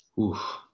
Oof